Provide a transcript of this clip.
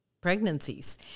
pregnancies